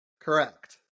Correct